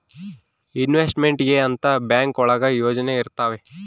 investment ಗೆ ಅಂತ bank ಒಳಗ ಯೋಜನೆ ಇರ್ತವೆ